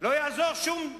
לא יעזור שום דבר,